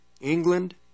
England